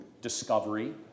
discovery